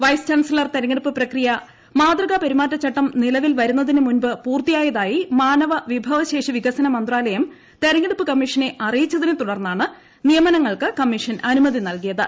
vice chancellor തിരഞ്ഞെടുപ്പ് പ്രക്രിയ മാതൃകാ പെരുമാറ്റച്ചട്ടം വരുന്നതിന് മുമ്പ് ചൂർത്തിയായതായി നിലവിൽ മാനവ വിഭവശേഷി വികസന മന്ത്രാലയ്യിം ട്രിരഞ്ഞെടുപ്പ് കമ്മീഷനെ അറിയിച്ചതിനെ തുടർന്നാണ് നീയ്മുനങ്ങൾക്ക് കമ്മീഷൻ അനുമതി നൽകിയത്